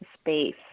space